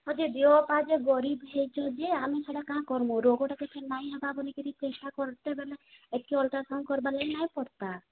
ହଁ ଯେ ଦେହପାହା ଯେ ଗରିବ ହେଇଛୁ ଯେ ଆମେ ସେଇଟା କାଁ କର୍ମୁ ରୋଗଟା କିଛି ନାଇଁ ହେବା ବୋଲିିକରି ଚେଷ୍ଟା କରତେ ବୋଲେ ଏତେ ଅଲ୍ଟ୍ରାସାଉଣ୍ଡ କରବାର୍ ଲାଗି ନାଇଁ ପଡ଼ବା